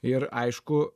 ir aišku